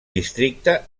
districte